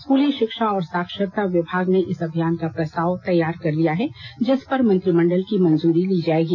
स्कूली शिक्षा और साक्षरता विभाग ने इस अभियान का प्रस्ताव तैयार कर लिया है जिसपर मंत्रिमंडल की मंजूरी ली जाएगी